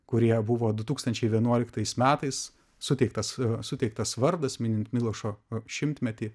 kurie buvo du tūkstančiai vienuoliktais metais suteiktas suteiktas vardas minint milošo šimtmetį